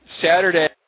Saturday